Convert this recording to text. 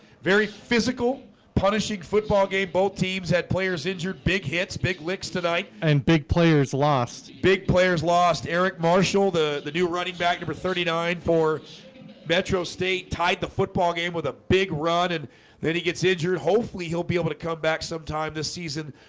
very physical punishing football game both teams had players injured big hits big licks tonight and big players lost big players lost eric marshall the the new running back number thirty nine for metro state tied the football game with a big run and then he gets injured hopefully he'll be able to come back sometime this season.